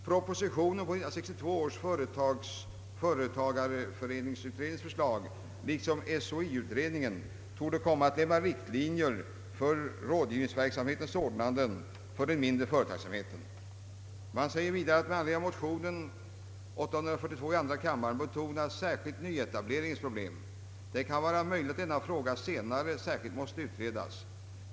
Propositionen på 1962 års företagareföreningsutrednings förslag liksom SHlI-utredningen torde komma att lämna riktlinjer för rådgivningsverksamhetens ordnande för den mindre företagsamheten.» Man säger vidare, att med anledning av motionen nr 848 i andra kammaren betonas särskilt nyetableringens problem: »Det kan vara möjligt, att denna fråga senare särskilt måste utredas.